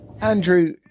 Andrew